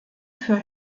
für